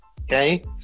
Okay